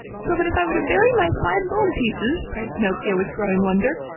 so that if i were to bury my five gold pieces, cried pinocchio with growing wonder,